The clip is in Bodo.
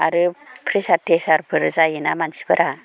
आरो प्रेसार थेसारफोर जायोना मानसिफोरा